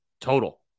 total